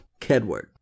Kedward